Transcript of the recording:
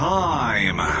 time